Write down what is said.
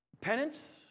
penance